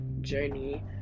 journey